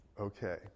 okay